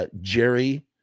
Jerry